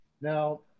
Now